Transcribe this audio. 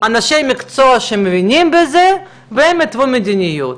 אנשי מקצוע שמבינים בזה והם יתוו מדיניות.